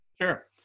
Sure